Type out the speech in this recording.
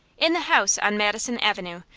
in the house on madison avenue,